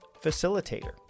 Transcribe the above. facilitator